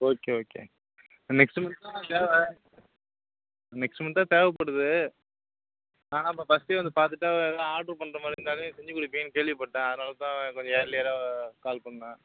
okay okay next month தான் தேவை next month தான் தேவைப்படுது நான் ஃபர்ஸ்டே வந்து பார்த்துட்டு அது ஆட்ரு பண்ணுற மாதிரி இருந்தாவே செஞ்சு கொடுப்பீங்கன்னு கேள்விப்பட்டேன் அதனாலதான் கொஞ்சம் இயர்லியராக கால் பண்ணிணேன்